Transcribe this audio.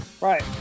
Right